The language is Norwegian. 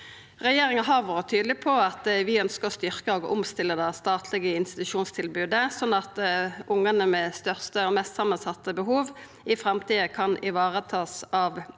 Regjeringa har vore tydeleg på at vi ønskjer å styrkja og omstilla det statlege institusjonstilbodet, slik at ungane med dei største og mest samansette behova i framtida kan bli varetatt av dei